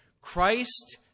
Christ